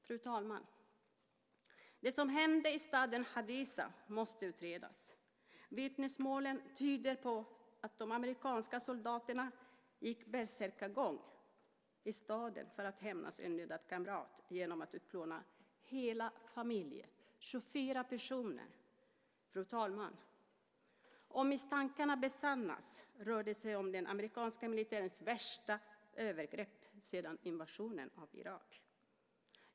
Fru talman! Det som hände i staden Hadithah måste utredas. Vittnesmålen tyder på att de amerikanska soldaterna gick bärsärkagång i staden för att hämnas en dödad kamrat genom att utplåna hela familjer - 24 personer dödades. Om misstankarna besannas rör det sig om den amerikanska militärens värsta övergrepp sedan invasionen av Irak.